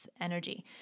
energy